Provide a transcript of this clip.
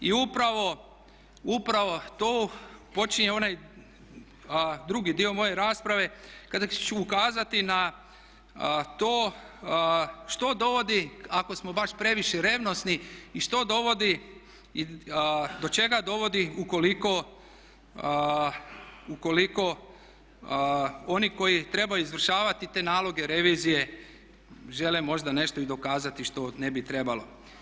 I upravo tu počinje onaj drugi dio moje rasprave kada ću ukazati na to što dovodi ako smo baš previše revnosni i do čega dovodi ukoliko oni koji trebaju izvršavati te naloge revizije žele možda nešto i dokazati što ne bi trebalo.